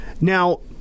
Now